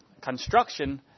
construction